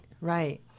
right